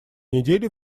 неделе